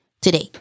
today